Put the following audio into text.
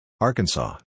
Arkansas